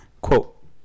quote